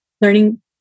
learning